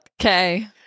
Okay